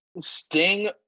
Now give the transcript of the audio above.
Sting